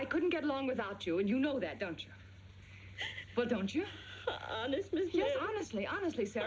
i couldn't get along without you and you know that don't you but don't you honestly honestly s